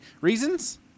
Reasons